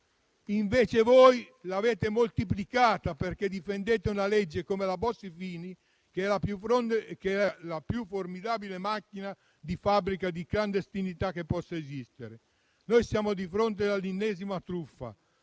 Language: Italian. Invece voi l'avete moltiplicata, perché difendete una legge, come la Bossi-Fini, che è la più formidabile fabbrica di clandestinità che possa esistere. Noi siamo di fronte all'ennesima truffa.